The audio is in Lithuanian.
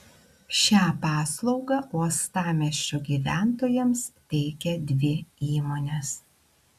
šią paslaugą uostamiesčio gyventojams teikia dvi įmonės